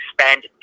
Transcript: spend